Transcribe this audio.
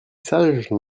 sages